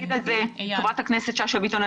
חברת הכנסת שאשא ביטון,